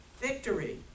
Victory